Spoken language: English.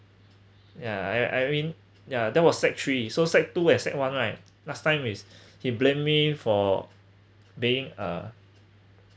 yeah I I mean yeah that was sec three so sec two and sec one right last time is he blame me for being uh